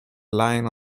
lying